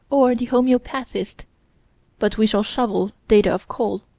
or the homeopathist but we shall shovel data of coal.